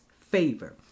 favor